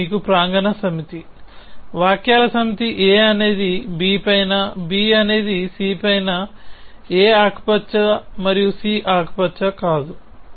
ఇది మీకు ప్రాంగణ సమితి వాక్యాల సమితి a అనేధి b పైనా b అనేధి c పైనా a ఆకుపచ్చ మరియు c ఆకుపచ్చ కాదు